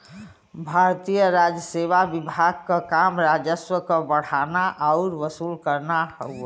भारतीय राजसेवा विभाग क काम राजस्व क बढ़ाना आउर वसूल करना हउवे